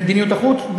במדיניות החוץ?